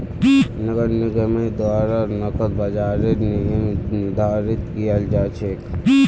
नगर निगमेर द्वारा नकद बाजारेर नियम निर्धारित कियाल जा छेक